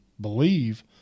believe